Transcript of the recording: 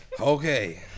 Okay